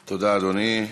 תודה, אדוני.